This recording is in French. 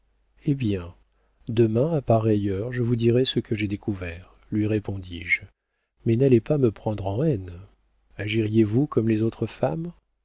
eh bien demain à pareille heure je vous dirai ce que j'aurai découvert lui répondis-je mais n'allez pas me prendre en haine agiriez vous comme les autres femmes